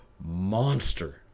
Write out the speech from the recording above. monster